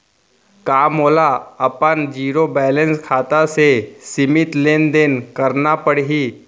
का मोला अपन जीरो बैलेंस खाता से सीमित लेनदेन करना पड़हि?